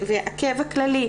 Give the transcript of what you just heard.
והכאב הכללי,